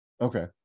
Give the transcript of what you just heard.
Okay